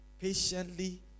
Patiently